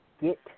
get